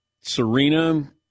Serena